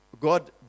God